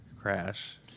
crash